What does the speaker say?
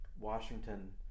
Washington